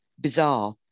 bizarre